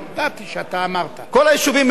כל היישובים האלה,